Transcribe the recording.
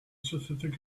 specific